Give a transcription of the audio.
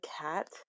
cat